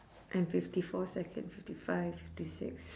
and fifty four second fifty five fifty six